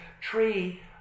tree